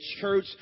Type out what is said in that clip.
church